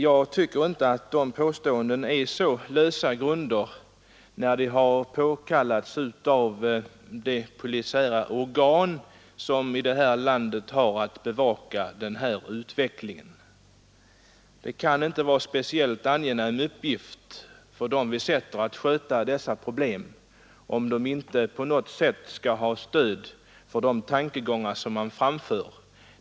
Jag tycker inte påståendena bygger på lösa grunder, när de har påkallats av de polisiära organ som här i landet har att bevaka denna utveckling. Det kan inte vara en speciellt angenäm uppgift för dem vi sätter att behandla dessa problem, om de inte på något sätt skall ha stöd för de tankegångar som man framför.